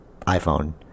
iPhone